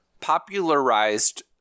popularized